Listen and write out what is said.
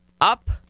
up